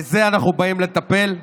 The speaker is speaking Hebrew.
בזה אנחנו באים לטפל.